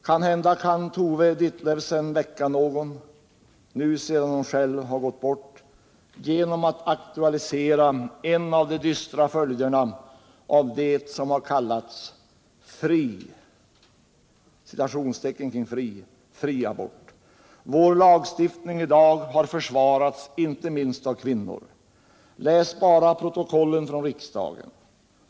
Kanhända kan Tove Ditlevsen väcka någon nu, sedan hon själv har gått bort, genom att aktualisera en av de dystra följderna av det som har kallats ”fri” abort. Vår lagstiftning i dag har försvarats inte minst av kvinnor. Läs bara protokollen från riksdagen!